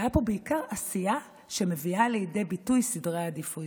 שהייתה פה בעיקר עשייה שמביאה לידי ביטוי סדרי עדיפויות,